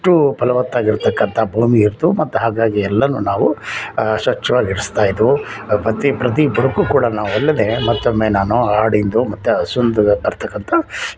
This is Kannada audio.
ಫಲವತ್ತಾಗಿ ಇರ್ತಕ್ಕಂಥ ಭೂಮಿ ಇತ್ತು ಮತ್ತು ಹಾಗಾಗಿ ಎಲ್ಲವೂ ನಾವು ಸ್ವಚ್ಛವಾಗಿ ಇಡಿಸ್ತಾ ಇದ್ವು ಮತ್ತು ಪ್ರತಿ ಬುಡಕ್ಕೂ ಕೂಡ ನಾವು ಅಲ್ಲದೆ ಮತ್ತೊಮ್ಮೆ ನಾನು ಆಡಿಂದು ಮತ್ತು ಹಸುವಿಂದು ಬರ್ತಕ್ಕಂಥ